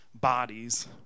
bodies